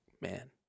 man